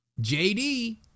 JD